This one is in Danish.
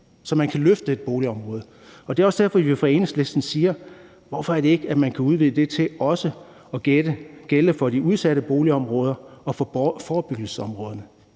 at man kan løfte et boligområde. Det er også derfor, at vi fra Enhedslistens side siger: Hvorfor er det, at man ikke kan udvide det til også at gælde for de udsatte boligområder og forebyggelsesområderne?